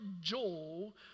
Joel